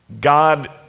God